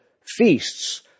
feasts